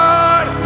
God